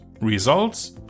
results